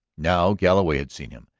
now galloway had seen him,